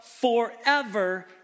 forever